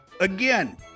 again